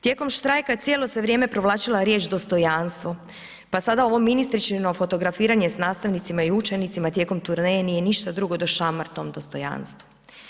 Tijekom štrajka cijelo se vrijeme provlačila riječ dostojanstvo pa sada ovo ministričino fotografiranje s nastavnicima i učenicima tijekom turneje nije ništa drugo do šamar tom dostojanstvu.